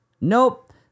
nope